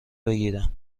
بگیرم